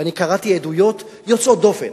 ואני קראתי עדויות יוצאות דופן.